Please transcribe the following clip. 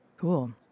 Cool